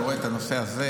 אתה רואה את הנושא הזה,